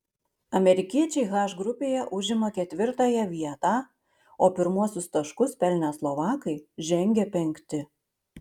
amerikiečiai h grupėje užima ketvirtąją vietą o pirmuosius taškus pelnę slovakai žengia penkti